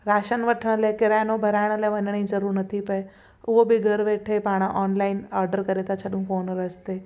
ration वठण लाइ किरानो भराइण लाए वञण ई ज़रूर नथी पए उओ बि घर वेठे पाण ऑनलाइन ऑडर करे था छॾूं फोन रस्ते